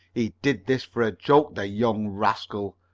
he did this for a joke. the young rascal!